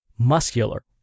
muscular